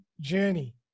journey